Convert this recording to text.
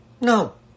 No